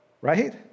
right